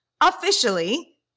officially